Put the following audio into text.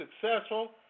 successful